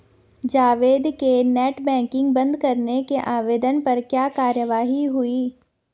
जावेद के net banking बंद करने के आवेदन पर क्या कार्यवाही हुई?